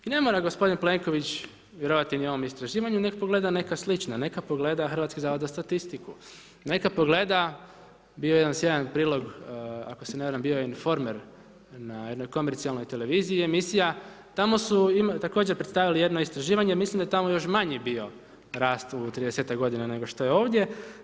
I ne mora gospodin Plenković vjerovati ni ovom istraživanju, neka pogleda neka slična, neka pogleda Hrvatski zavod za statistiku, neka pogleda, bio je jedan sjajan prilog, ako se ne varam bio je informer na jednoj komercijalnoj televiziji emisija, tamo su također predstavili jedno istraživanje, mislim da je tamo još manji bio rast u 30-ak godina nego što je ovdje.